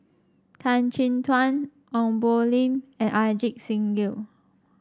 Tan Chin Tuan Ong Poh Lim and Ajit Singh Gill